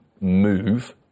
move